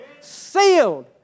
sealed